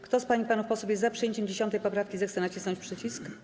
Kto z pań i panów posłów jest za przyjęciem 10. poprawki, zechce nacisnąć przycisk.